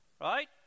right